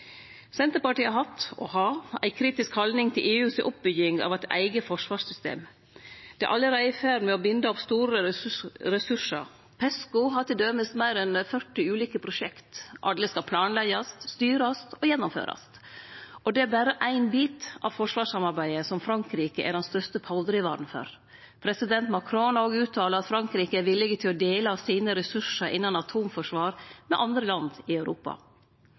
Senterpartiet har hatt og har ei kritisk haldning til EUs oppbygging av eit eige forsvarssystem. Det er allereie i ferd med å binde opp store ressursar. PESCO har t.d. meir enn 40 ulike prosjekt, alle skal planleggjast, styrast og gjennomførast, og det er berre éin bit av forsvarssamarbeidet som Frankrike er den største pådrivaren for. President Macron har òg uttala at Frankrike er villig til å dele sine ressursar innanfor atomforsvar med andre land i Europa.